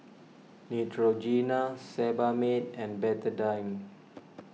Neutrogena Sebamed and Betadine